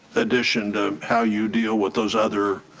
addition to how you deal with those other